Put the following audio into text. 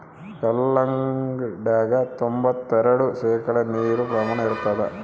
ಕಲ್ಲಂಗಡ್ಯಾಗ ತೊಂಬತ್ತೆರೆಡು ಶೇಕಡಾ ನೀರಿನ ಪ್ರಮಾಣ ಇರತಾದ